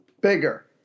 bigger